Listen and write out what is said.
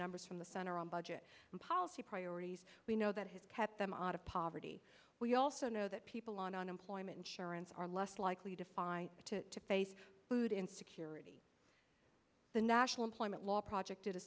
numbers from the center on budget and policy priorities we know that has kept them out of poverty we also know that people on unemployment insurance are less likely to find to to face food insecurity the national employment law project